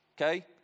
okay